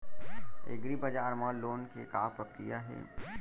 एग्रीबजार मा लोन के का प्रक्रिया हे?